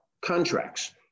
contracts